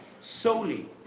solely